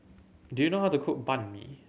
do you know how to cook Banh Mi